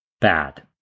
bad